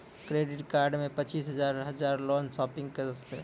Credit card मे पचीस हजार हजार लोन शॉपिंग वस्ते?